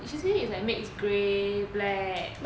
she say is like mix grey black